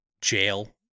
Jail